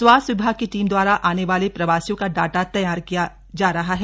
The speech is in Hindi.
स्वास्थ्य विभाग कीटीम द्वारा आने वाले प्रवासियों का डाटा तैयार किया जा रहा है